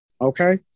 okay